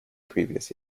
previous